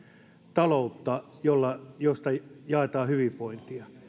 taloutta josta jaetaan hyvinvointia